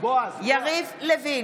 יריב לוין,